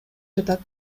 жатат